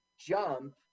jump